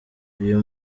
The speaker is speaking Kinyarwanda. uyu